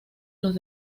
los